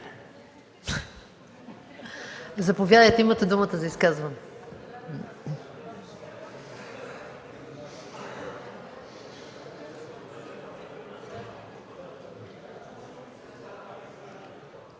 Заповядайте, имате думата за изказване.